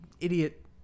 idiot